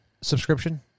subscription